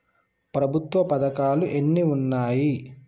ప్రభుత్వ పథకాలు ఎన్ని ఉన్నాయి?